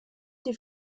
die